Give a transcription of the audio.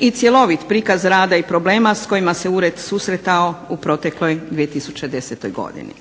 i cjelovit prikaz rada i problema s kojima se ured susretao u protekloj 2010. godini.